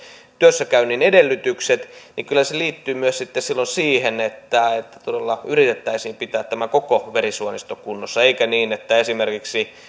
työssäkäynnin edellytykset kyllä se liittyy myös silloin siihen että todella yritettäisiin pitää tämä koko verisuonisto kunnossa eikä niin että esimerkiksi